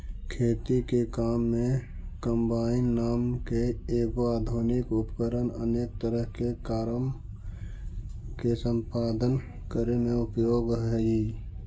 खेती के काम में कम्बाइन नाम के एगो आधुनिक उपकरण अनेक तरह के कारम के सम्पादन करे में उपयोगी हई